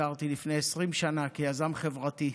שהכרתי לפני 20 שנה כיזם חברתי,